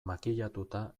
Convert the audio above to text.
makillatuta